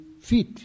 fit